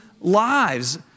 lives